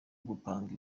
gupanga